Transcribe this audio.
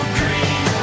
green